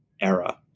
era